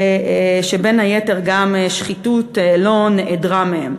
ובין היתר גם שחיתות לא נעדרה מהם.